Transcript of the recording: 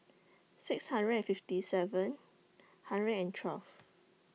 six hundred and fifty seven hundred and twelve